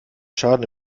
schaden